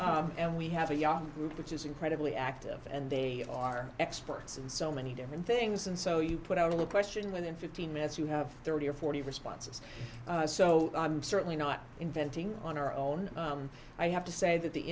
them and we have a young group which is incredibly active and they are experts in so many different things and so you put out of the question within fifteen minutes you have thirty or forty responses so i'm certainly not inventing on our own i have to say that the